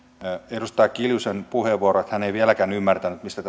edustaja kiljusen puheenvuoro hän ei vieläkään ymmärtänyt mistä